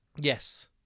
yes